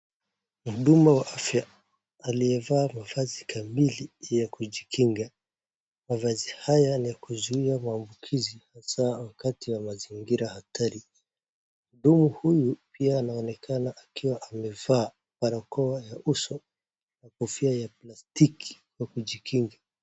Mhudumu wa afya aliyevaa mavazi kamili ya kujikinga. Mavazi haya ni ya kuzuia maambukizi hasa wakati wa mazingira hatari. Mhudumu huyu pia anaonekana akiwa amevaa barakoa ya uso na kofia ya plastiki kwa kujikinga.